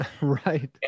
Right